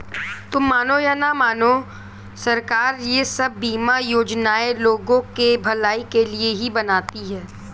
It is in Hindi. तुम मानो या न मानो, सरकार ये सब बीमा योजनाएं लोगों की भलाई के लिए ही बनाती है